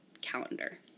calendar